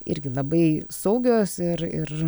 irgi labai saugios ir ir